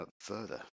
further